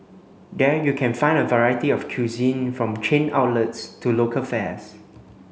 there you can find a variety of cuisine from chain outlets to local fares